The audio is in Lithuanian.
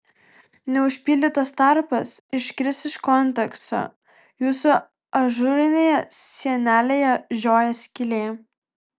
neužpildytas tarpas iškris iš konteksto jūsų ažūrinėje sienelėje žiojės skylė